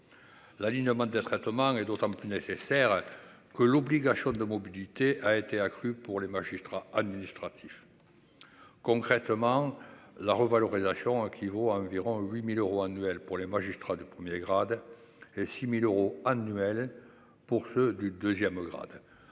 l'alignement d'un traitement et d'autant plus nécessaire que l'obligation de mobilité a été accrue pour les magistrats administratifs concrètement la revalorisation qui vaut environ 8000 euros annuels pour les magistrats de 1er grade et 6000 euros annuels pour ceux du 2ème grade,